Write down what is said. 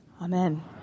Amen